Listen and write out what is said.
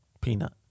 peanut